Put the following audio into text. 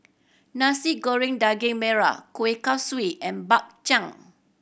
Nasi Goreng Daging Merah Kueh Kaswi and Bak Chang